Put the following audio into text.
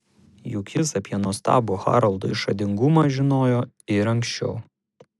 juk jis apie nuostabų haroldo išradingumą žinojo ir anksčiau